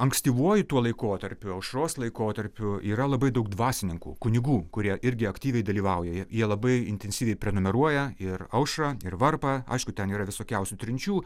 ankstyvuoju tuo laikotarpiu aušros laikotarpiu yra labai daug dvasininkų kunigų kurie irgi aktyviai dalyvauja jie labai intensyviai prenumeruoja ir aušrą ir varpą aišku ten yra visokiausių trinčių